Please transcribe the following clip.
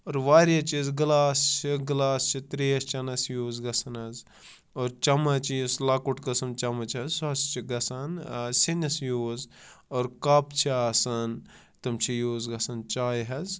اور واریاہ چیٖز گِلاس چھِ گِلاس چھِ ترٛیش چٮ۪نَس یوٗز گژھان حظ اور چَمَچ یُس لۄکُٹ قٕسٕم چَمَچ حظ سُہ حظ چھِ گژھان سِنِس یوٗز اور کَپ چھِ آسان تِم چھِ یوٗز گژھان چایہِ حظ